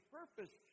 purpose